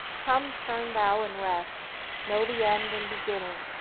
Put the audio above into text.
come, turn thou and rest know the end and beginning,